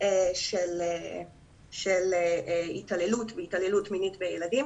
של התעללות והתעללות מינית בילדים.